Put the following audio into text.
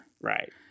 Right